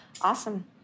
awesome